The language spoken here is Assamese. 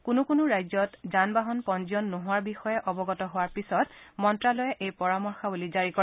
কোনো কোনো ৰাজ্যত যানবাহন পঞ্জীয়ন নোহোৱাৰ বিষয়ে অৱগত হোৱাৰ পিছত মন্ত্ৰালয়ে এই পৰামৰ্শাৱলী জাৰি কৰে